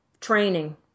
training